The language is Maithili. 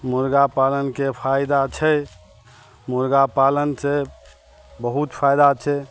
मुर्गा पालनके फायदा छै मुर्गा पालन से बहुत फायदा छै